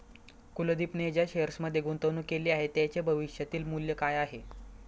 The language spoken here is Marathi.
कुलदीपने ज्या शेअर्समध्ये गुंतवणूक केली आहे, त्यांचे भविष्यातील मूल्य काय आहे?